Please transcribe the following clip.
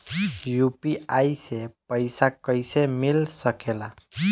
UPI से पइसा कईसे मिल सके ला?